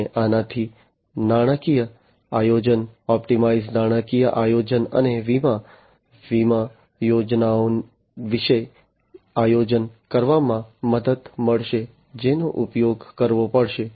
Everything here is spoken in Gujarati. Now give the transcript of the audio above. અને આનાથી નાણાકીય આયોજન ઑપ્ટિમાઇઝ નાણાકીય આયોજન અને વીમા વીમા યોજનાઓ વિશે આયોજન કરવામાં મદદ મળશે જેનો ઉપયોગ કરવો પડશે